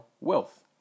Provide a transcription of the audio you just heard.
wealth